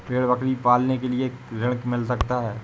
क्या भेड़ बकरी पालने के लिए ऋण मिल सकता है?